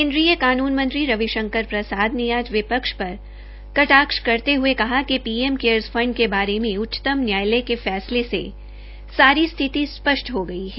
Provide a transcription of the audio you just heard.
केन्द्रीय कानून मंत्री रवि शंकर प्रसाद ने आज विपक्ष पर कटाक्ष करते हुए कहा कि पीएम केयर फण्ड के बारे में उच्चतम न्यायालय के फैसले में सारी स्थिति स्पष्ट हो गई है